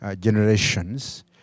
generations